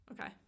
Okay